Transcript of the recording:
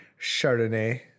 Chardonnay